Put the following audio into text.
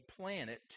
planet